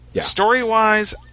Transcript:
Story-wise